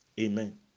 amen